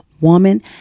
woman